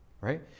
right